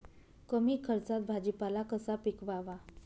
कमी खर्चात भाजीपाला कसा पिकवावा?